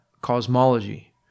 cosmology